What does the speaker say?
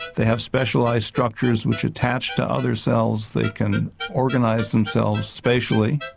they have specialised structures which attach to other cells, they can organise themselves spatially.